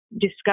discuss